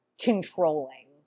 controlling